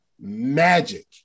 magic